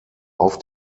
auf